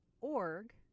org